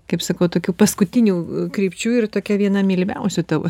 kaip sakau tokių paskutinių krypčių ir tokia viena mylimiausių tavo